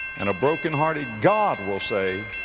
and a broken-hearted god will say,